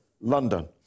London